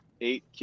eight